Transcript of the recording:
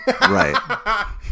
Right